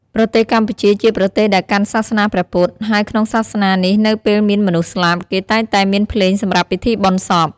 ប្រទេសកម្ពុជា ជាប្រទេសដែលកាន់សាសនាព្រះពុទ្ធ ហើយក្នុងសាសនានេះនៅពេលមានមនុស្សស្លាប់ គេតែងតែមានភ្លេងសម្រាប់ពិធីបុណ្យសព។